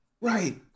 right